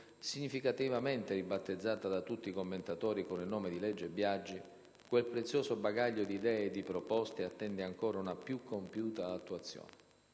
significativamente ribattezzata da tutti i commentatori con il nome di «legge Biagi», quel prezioso bagaglio di idee e di proposte attende ancora una più compiuta attuazione.